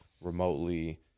remotely